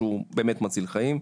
שהוא באמת מציל חיים,